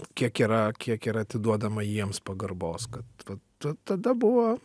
kiek yra kiek yra atiduodama jiems pagarbos kad vat ta tada buvo